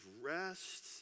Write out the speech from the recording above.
rest